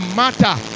matter